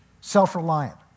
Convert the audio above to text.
self-reliant